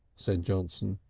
said johnson.